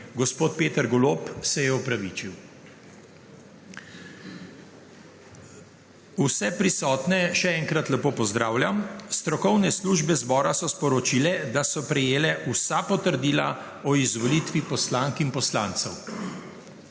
Gospod Peter Golob se je opravičil. Vse prisotne še enkrat lepo pozdravljam! Strokovne službe zbora so sporočile, da so prejela vsa potrdila o izvolitvi poslank in poslancev.